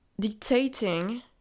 dictating